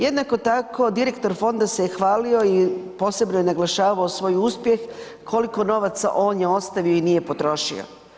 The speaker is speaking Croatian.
Jednako tako, direktor fonda se je hvalio i posebno je naglašavao svoj uspjeh koliko novaca on je ostavio i nije potrošio.